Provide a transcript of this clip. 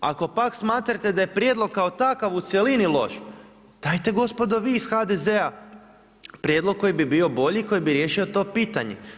Ako pak smatrate da je prijedlog kao takav u cjelini loš, dajte gospodo vi iz HDZ-a prijedlog koji bi bio bolji i koji bi riješio to pitanje.